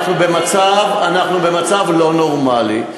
אנחנו במצב לא נורמלי,